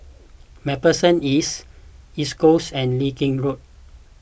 MacPherson East East Coast and Leng Kee Road